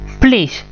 please